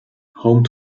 home